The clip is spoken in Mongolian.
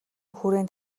хүрээнд